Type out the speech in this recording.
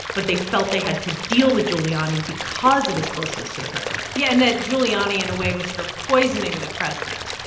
but they felt they had to deal with giuliani because of his closeness to the president yeah, and that giuliani in a way was sort of poisoning the president,